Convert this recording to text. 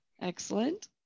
Excellent